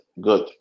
good